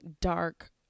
dark